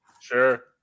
Sure